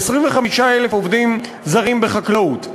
25,000 עובדים זרים בחקלאות.